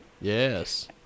Yes